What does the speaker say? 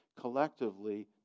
collectively